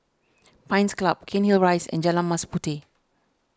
Pines Club Cairnhill Rise and Jalan Mas Puteh